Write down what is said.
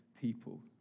people